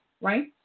right